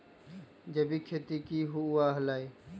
जैविक खेती की हुआ लाई?